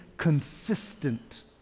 consistent